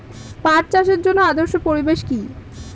পাট চাষের জন্য আদর্শ পরিবেশ কি?